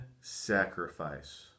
sacrifice